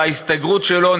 על ההסתגרות שלו,